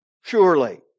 surely